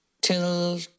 Till